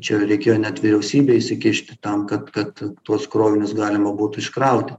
čia reikėjo net vyriausybei įsikišti tam kad kad tuos krovinius galima būtų iškrauti